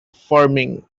farming